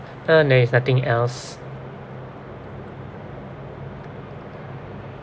uh no there is nothing else